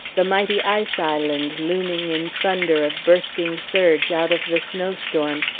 the mighty ice island looming in thunder of bursting surge out of the snow-storm,